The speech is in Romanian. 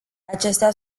acestea